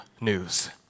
news